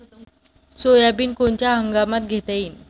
Soybean कोनच्या हंगामात घेता येईन?